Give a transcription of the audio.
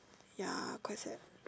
ya quite sad